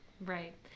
right